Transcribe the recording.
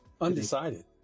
Undecided